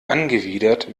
angewidert